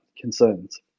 concerns